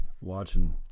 Watching